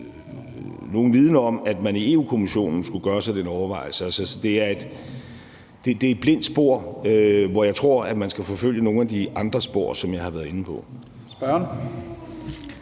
nogen viden om, at man i Europa-Kommissionen skulle gøre sig den overvejelse. Så det er et blindt spor, og jeg tror, man skal forfølge nogle af de andre spor, som jeg har været inde på.